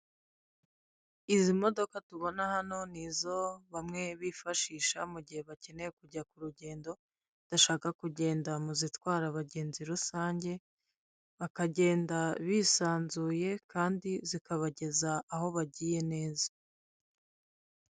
Izi modoka tubona hano ni izo bamwe bifashisha mu gihe bakeneye kujya ku rugendo badashaka kugenda mu zitwara abagenzi rusange bakagenda bisanzuye kandi zikabageza aho bagiye neza.